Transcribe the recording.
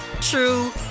true